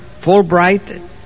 Fulbright